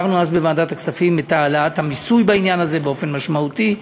שהעברנו אז בוועדת הכספים את העלאת המיסוי בעניין הזה באופן משמעותי.